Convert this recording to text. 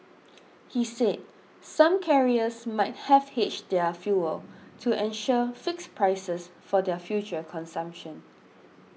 he said some carriers might have hedged their fuel to ensure fixed prices for their future consumption